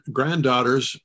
granddaughters